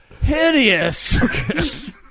hideous